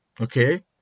okay